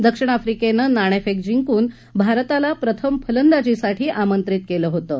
दक्षिण आफ्रिकेनं नाणेफेक जिंकून भारताला प्रथम फलंदाजीसाठी आमंत्रित केलं होतं